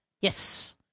Yes